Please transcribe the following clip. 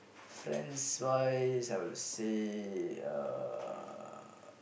friends wise I would say uh